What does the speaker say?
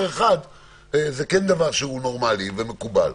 אחד זה כן דבר שהוא נורמלי ומקובל.